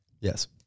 Yes